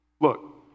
Look